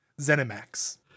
Zenimax